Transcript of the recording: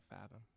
fathom